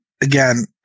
Again